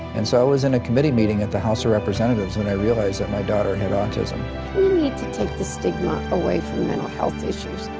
and so i was in a committee meeting at the house of representatives and i realized that my daughter had autism. autism. we need to take the stigma away from mental health issues.